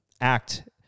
act